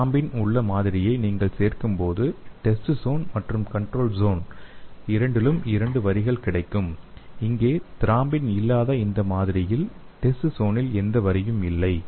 thrombin உள்ள மாதிரியை நீங்கள் சேர்க்கும்போது டெஸ்ட் ஸோன் மற்றும் கன்ட்ரோல் ஸோன் இரண்டிலும் இரண்டு வரிகள் கிடைக்கும் இங்கே த்ரோம்பின் இல்லாத இந்த மாதிரியில் டெஸ்ட் ஸோனில் எந்த வரியும் இல்லை